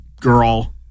girl